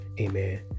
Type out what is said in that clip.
amen